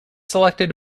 selected